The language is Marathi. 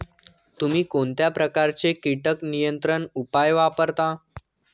तुम्ही कोणत्या प्रकारचे कीटक नियंत्रण उपाय वापरता?